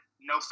no